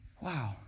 wow